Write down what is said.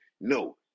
no